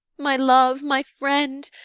my love, my friend!